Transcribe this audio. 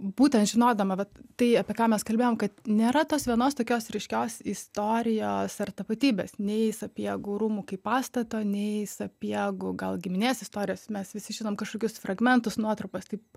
būtent žinodama vat tai apie ką mes kalbėjom kad nėra tos vienos tokios ryškios istorijos ar tapatybės nei sapiegų rūmų kaip pastato nei sapiegų gal giminės istorijos mes visi žinom kažkokius fragmentus nuotrupas taip